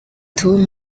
two